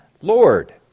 Lord